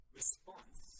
response